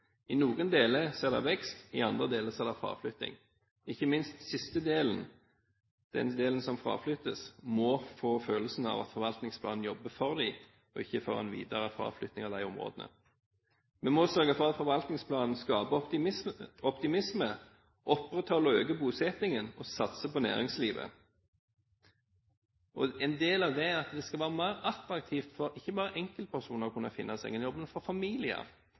I noen deler er det vekst, i andre deler er det fraflytting. Ikke minst må de deler som fraflyttes, få følelsen av at forvaltningsplanen jobber for dem, og ikke for en videre fraflytting fra disse områdene. Vi må sørge for at forvaltningsplanen skaper optimisme, opprettholder og øker bosettingen og satser på næringslivet. En del av det er at det skal være mer attraktivt for ikke bare enkeltpersoner å kunne finne seg en jobb, men for familier.